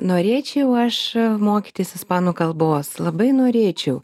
norėčiau aš mokytis ispanų kalbos labai norėčiau